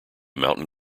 mountain